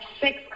six